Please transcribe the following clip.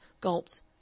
gulped